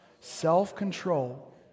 self-control